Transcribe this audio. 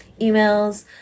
Emails